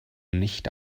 nicht